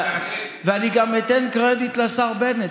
ואני גם אתן קרדיט לשר בנט.